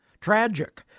tragic